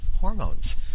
hormones